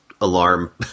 alarm